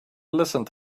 listened